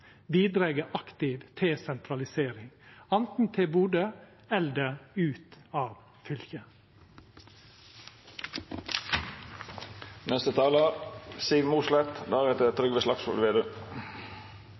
bidreg aktivt til sentralisering – anten til Bodø eller ut av